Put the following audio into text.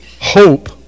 hope